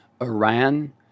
Iran